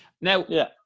Now